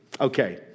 Okay